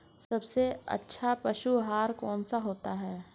सबसे अच्छा पशु आहार कौन सा होता है?